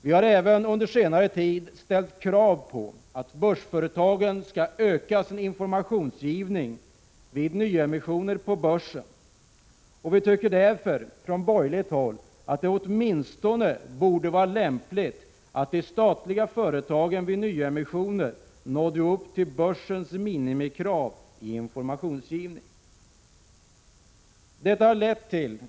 Vi har även under senare tid ställt krav på att börsföretagen skall öka sin informationsgivning vid nyemissioner på börsen. Vi tycker därför från borgerligt håll att det åtminstone borde vara lämpligt att de statliga företagen vid nyemissioner nådde upp till börsens minimikrav på informationsgivning.